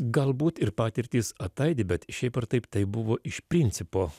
galbūt ir patirtys ataidi bet šiaip ar taip tai buvo iš principo